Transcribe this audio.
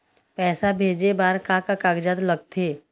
पैसा भेजे बार का का कागजात लगथे?